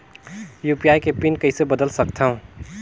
UPI के pin कइसे बदल सकथव?